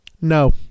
No